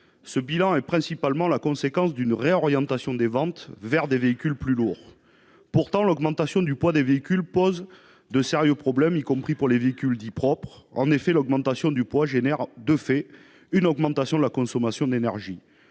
Ce bilan est principalement la conséquence d'une réorientation des ventes vers des véhicules plus lourds. Pourtant, l'augmentation du poids des véhicules pose de sérieux problèmes, y compris pour les véhicules dits propres. En effet, elle entraîne, de fait, une augmentation de la consommation d'énergie.